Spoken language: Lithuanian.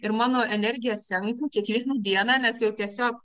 ir mano energija senka kiekvieną dieną nes jau tiesiog